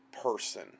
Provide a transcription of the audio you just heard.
person